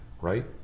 right